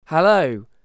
Hello